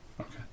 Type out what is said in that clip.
Okay